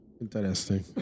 Interesting